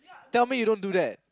tell me you don't do that